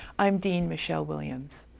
i'm dean michelle williams.